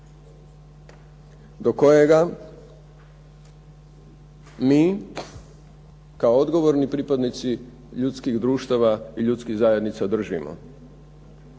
do kojega mi kao odgovorni pripadnici ljudskih društava i ljudskih zajednica držimo